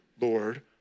Lord